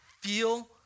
feel